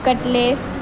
cutlets